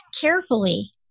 carefully